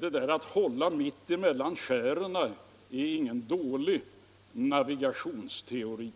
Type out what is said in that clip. Det där att hålla mitt emellan skären är ingen dålig navigationsteori.